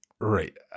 Right